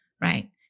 Right